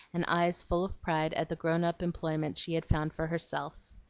and eyes full of pride at the grown-up employment she had found for herself.